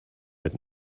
mit